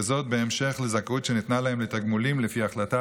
וזאת בהמשך לזכאות שניתנה להם לתגמולים לפי החלטת